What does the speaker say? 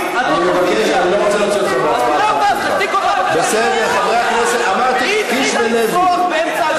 בעד איילת נחמיאס ורבין,